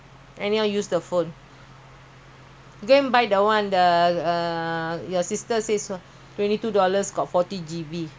forty G_B that day your father use uh extra G_B ah almost seventy dollars